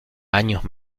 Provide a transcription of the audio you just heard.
años